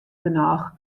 genôch